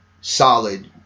solid